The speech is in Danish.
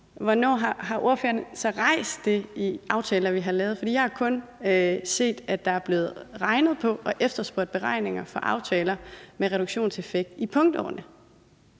hvornår har ordføreren så rejst det i aftaler, vi har lavet? For jeg har kun set, at der er blevet regnet på og efterspurgt beregninger for aftaler med reduktionseffekt i punktårene.